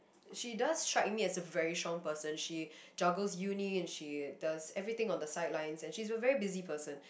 she does strike me as a very strong person she juggles uni and she does everything on the sidelines and she's a very busy person